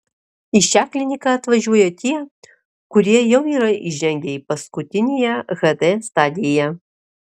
į šią kliniką atvažiuoja tie kurie jau yra įžengę į paskutiniąją hd stadiją